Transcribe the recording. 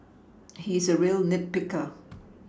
he is a real nit picker